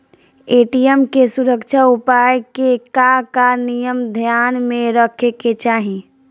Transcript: ATM के सुरक्षा उपाय के का का नियम ध्यान में रखे के चाहीं?